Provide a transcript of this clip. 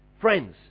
friends